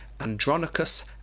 Andronicus